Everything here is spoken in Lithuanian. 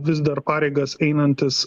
vis dar pareigas einantis